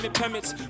permits